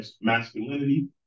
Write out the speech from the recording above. masculinity